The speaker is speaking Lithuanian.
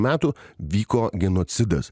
metų vyko genocidas